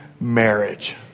marriage